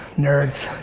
nerds.